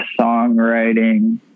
songwriting